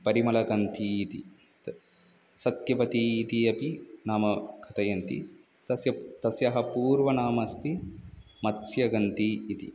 परिमलगन्धिः इति त् सत्यवती इति अपि नाम कथयन्ति तस्य तस्याः पूर्वनामम् अस्ति मत्स्यगन्धा इति